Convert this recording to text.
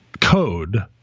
code